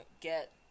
get